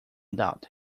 doubt